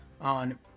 on